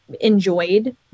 enjoyed